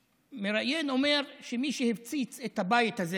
שהמראיין אומר: מי שהפציץ את הבית הזה,